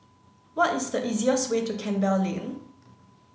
what is the easiest way to Campbell Lane